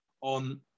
on